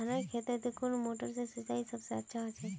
धानेर खेतोत कुन मोटर से सिंचाई सबसे अच्छा होचए?